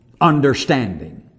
understanding